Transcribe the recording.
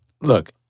look